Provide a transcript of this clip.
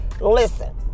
listen